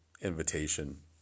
invitation